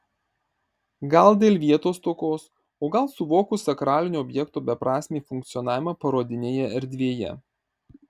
gal dėl vietos stokos o gal suvokus sakralinio objekto beprasmį funkcionavimą parodinėje erdvėje